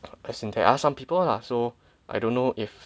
as in there're some people lah so I don't know if